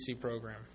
program